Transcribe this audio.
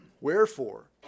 wherefore